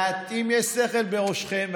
אם יש שכל בראשכם,